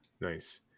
nice